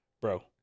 bro